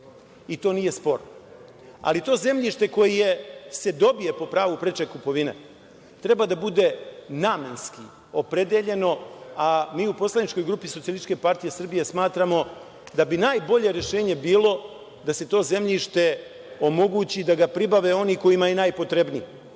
i to nije sporno. Ali, to zemljište koje se dobije po pravu preče kupovine treba da bude namenski opredeljeno, a mi u poslaničkoj grupi SPS-a smatramo da bi najbolje rešenje bilo da se to zemljište omogući da ga pribave oni kojima je i najpotrebnije.